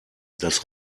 das